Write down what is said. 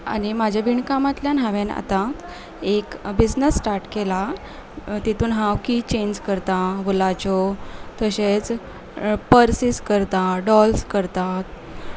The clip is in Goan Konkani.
आनी म्हज्या विणकामांतल्यान हांवें आतां एक बिजनस स्टार्ट केला तातूंत हांव की चेन्स करतां वुलाच्यो तशेंच पर्सीस करतां डॉल्स करतां